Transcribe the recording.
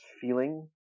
feeling